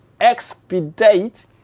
expedite